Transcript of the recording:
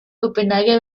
copenhague